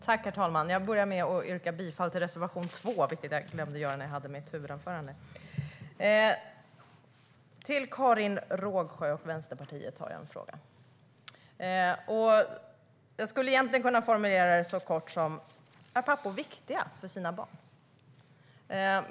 Herr talman! Jag börjar med att yrka bifall till reservation 2, vilket jag glömde när jag höll mitt huvudanförande. Till Karin Rågsjö och Vänsterpartiet har jag en fråga. Jag skulle egentligen kunna formulera den så kort som: Är pappor viktiga för sina barn?